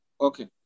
Okay